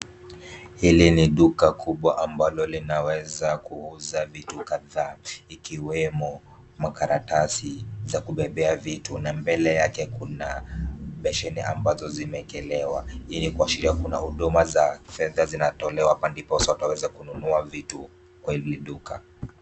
Hili ni duka kubwa ambalo linaweza kuuza vitu kadhaa, ikiwemo makaratasi, za kubebea vitu, na mbele yake kuna besheni ambazo zimeekelewa. Hii ni kuashiria kuna huduma za fedha zinatolewa hapa ndiposa watu waweza kununua vitu kwa hili duka.